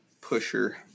pusher